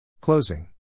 Closing